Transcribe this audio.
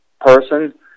person